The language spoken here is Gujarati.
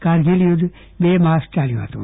કારગીલ યુધ્ધ ત્રણ માસ ચાલ્યું હતું